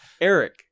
Eric